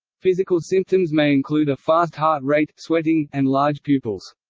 physical symptoms may include a fast heart rate, sweating, and large pupils.